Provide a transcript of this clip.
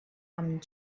amb